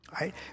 right